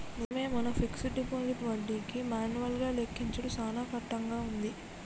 నిజమే మన fixed deposit వడ్డీకి మాన్యువల్ గా లెక్కించుడు సాన కట్టంగా ఉంది